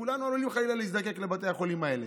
וכולנו עלולים חלילה להזדקק לבתי החולים האלה.